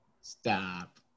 Stop